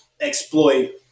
exploit